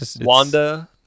wanda